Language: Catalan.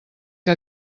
que